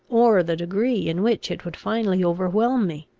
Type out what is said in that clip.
or the degree in which it would finally overwhelm me.